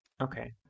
okay